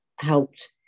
helped